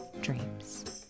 Dreams